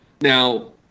Now